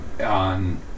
on